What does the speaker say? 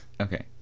Okay